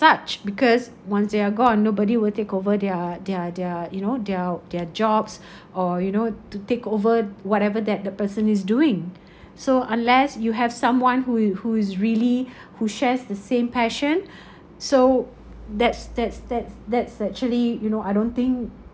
such because once they are gone nobody will take over their their their you know their their jobs or you know to take over whatever that the person is doing so unless you have someone who is who is really who shares the same passion so that's that's that's that's actually you know I don't think